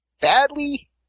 Badly